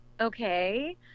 Okay